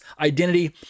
identity